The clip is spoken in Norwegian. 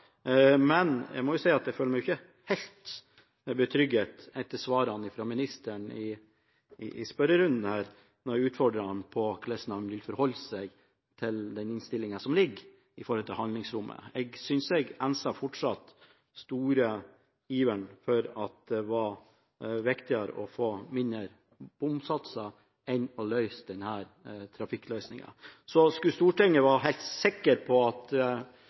Men jeg må si at jeg føler meg ikke helt betrygget etter svarene fra ministeren i spørrerunden her, da jeg utfordret ham på hvordan han vil forholde seg til den innstillingen som ligger her, når det gjelder handlingsrommet. Jeg synes jeg fortsatt enser den store iveren for at det var viktigere å få lavere bompengesatser enn å løse denne trafikkutfordringen. Så hvis Stortinget skulle være helt sikker på at